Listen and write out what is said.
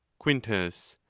quintus.